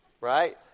right